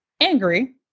angry